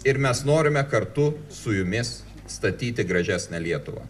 ir mes norime kartu su jumis statyti gražesnę lietuvą